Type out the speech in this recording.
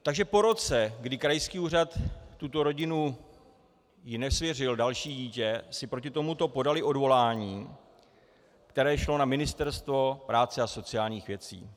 Takže po roce, kdy krajský úřad této rodině nesvěřil další dítě, si proti tomu podali odvolání, které šlo na Ministerstvo práce a sociálních věcí.